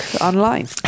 online